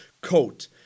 coat